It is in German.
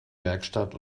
werkstatt